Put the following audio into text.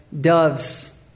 doves